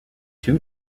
two